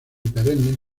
perennes